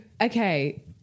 Okay